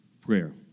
prayer